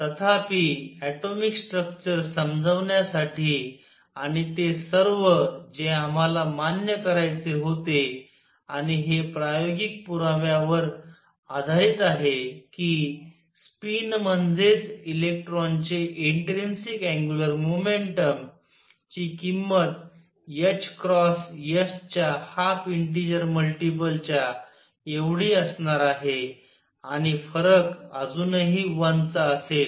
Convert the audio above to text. तथापि atomic structure समजावण्यासाठी आणि ते सर्व जे आम्हाला मान्य करायचे होते आणि हे प्रायोगिक पुराव्यांवर आधारित आहे कि स्पिन म्हणजेच इलेक्ट्रॉनचे इंट्रिनसिक अँग्युलर मोमेंटम ची किंमत s च्या हाल्फ इंटीजर मल्टिपल च्या एवढी असणार आहे आणि फरक अजूनही 1 चा असेल